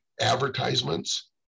advertisements